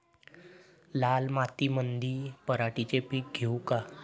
लाल मातीमंदी पराटीचे पीक घेऊ का?